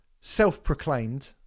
self-proclaimed